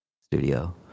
studio